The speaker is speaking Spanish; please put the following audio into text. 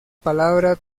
palabra